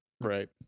Right